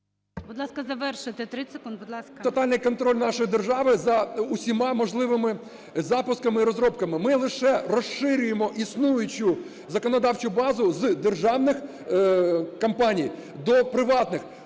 Будь ласка, завершити 30 секунд. Будь ласка. ТЕТЕРУК А.А. …тотальний контроль нашої держави за усіма можливими запусками і розробками. Ми лише розширюємо існуючу законодавчу базу з державних компаній до приватних,